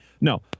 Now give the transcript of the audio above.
No